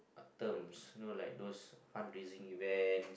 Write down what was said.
terms you know like those fund raising events